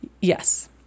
yes